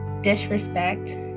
disrespect